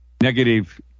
negative